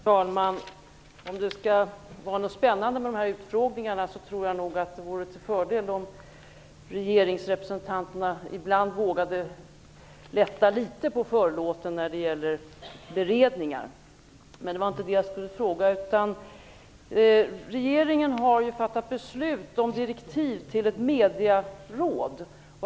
Herr talman! Om det skall vara något spännande med de här utfrågningarna tycker jag nog att det vore till fördel om regeringsrepresentanterna ibland vågade lätta litet på förlåten när det gäller beredningar. Men jag hade en annan fråga. Regeringen har fattat beslut om direktiv till ett medieråd.